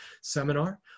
seminar